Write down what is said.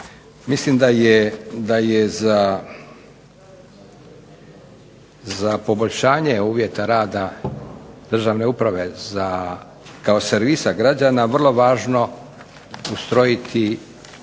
Mislim da je za poboljšanje uvjeta rada državne uprave kao servisa građana vrlo važno ustrojiti